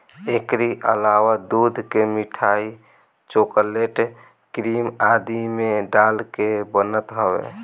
एकरी अलावा दूध के मिठाई, चोकलेट, क्रीम आदि में डाल के बनत हवे